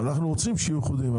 אנחנו רוצים שיהיו איחודים,